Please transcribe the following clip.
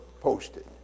posted